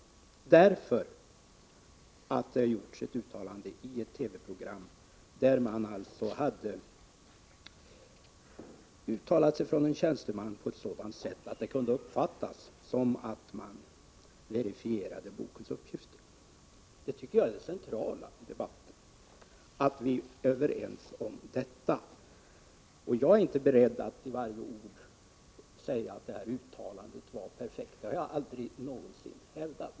En tjänsteman hade nämligen i ett TV-program uttalat sig på ett sådant sätt att det kunde uppfattas som att man verifierade bokens uppgifter. Jag tycker att det centrala i debatten är att vi är överens om detta. Jag är inte beredd att säga att det tillrättaläggande uttalandet i varje ord var perfekt; det har jag aldrig någonsin hävdat.